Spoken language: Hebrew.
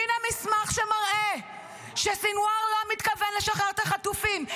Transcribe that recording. הינה המסמך שמראה שסנוואר לא מתכוון לשחרר את החטופים,